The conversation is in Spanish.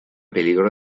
peligro